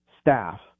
staff